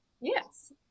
Yes